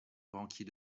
banquier